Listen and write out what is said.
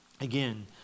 Again